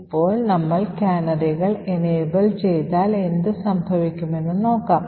ഇപ്പോൾ നമ്മൾ കാനറികൾ എനേബിൾ ചെയ്താൽ എന്ത് സംഭവിക്കുമെന്ന് നോക്കാം